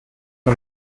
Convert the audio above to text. una